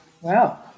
Wow